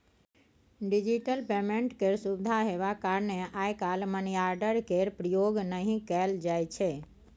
digital payment केर सुविधा हेबाक कारणेँ आइ काल्हि मनीआर्डर केर प्रयोग नहि कयल जाइ छै